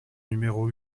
numéro